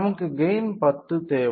நமக்கு கெய்ன் 10 தேவை